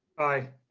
i.